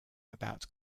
about